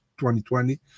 2020